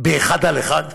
באחד על אחד,